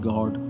God